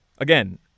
Again